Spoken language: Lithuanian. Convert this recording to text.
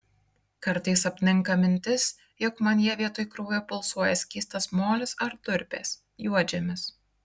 kartais apninka mintis jog manyje vietoj kraujo pulsuoja skystas molis ar durpės juodžemis